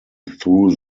through